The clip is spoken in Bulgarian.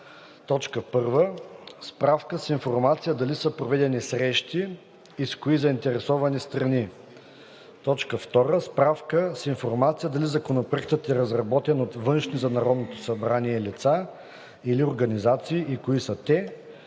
прилагат: 1. справка с информация дали са проведени срещи и с кои заинтересовани страни; 2. справка с информация дали законопроектът е разработен от външни за Народното събрание лица или организации и кои са те.“